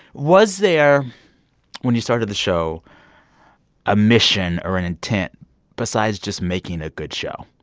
was there when you started the show a mission or an intent besides just making a good show?